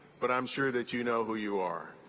but i'm sure that you know who you are.